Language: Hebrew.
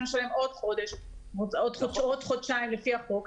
עוד חודש או עוד חודשיים לפי החוק.